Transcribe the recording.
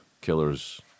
killers